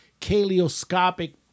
kaleoscopic